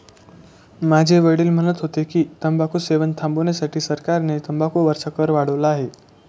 माझे वडील म्हणत होते की, तंबाखू सेवन थांबविण्यासाठी सरकारने तंबाखू वरचा कर वाढवला आहे